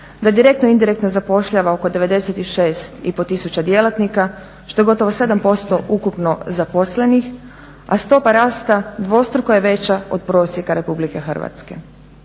da direktno i indirektno zapošljava oko 96,5 tisuća djelatnika što je gotovo 7% ukupno zaposlenih, a stopa rasta dvostruko je veća od prosjeka RH.